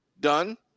done